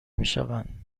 میشوند